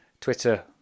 Twitter